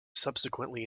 subsequently